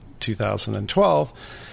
2012